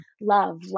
love